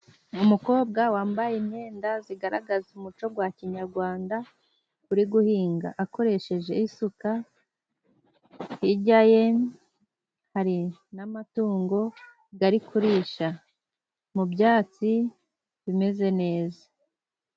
Umukobwa wambaye imyenda zigaragaza umuco gwa kinyagwanda, uri guhinga akoresheje isuka, hijya ye hari n'amatungo gari kurisha mu byatsi bimeze neza.